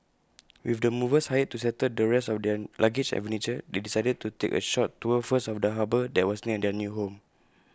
with the movers hired to settle the rest of their luggage and furniture they decided to take A short tour first of the harbour that was near their new home